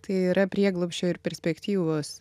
tai yra prieglobsčio ir perspektyvos